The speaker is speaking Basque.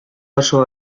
osoa